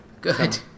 Good